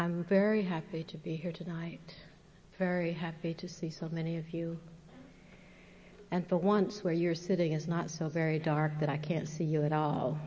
i'm very happy to be here tonight very happy to see so many of you and the ones where you're sitting is not so very dark that i can't see you at all